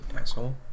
asshole